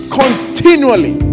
continually